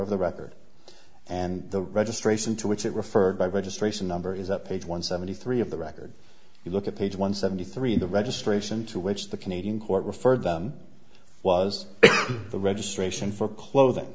of the record and the registration to which it referred by registration number is up one seventy three of the record if you look at page one seventy three in the registration to which the canadian court referred was the registration for clothing